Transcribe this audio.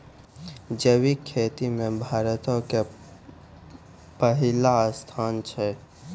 जैविक खेती मे भारतो के पहिला स्थान छै